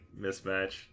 mismatch